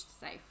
safe